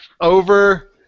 Over